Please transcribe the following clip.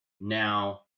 now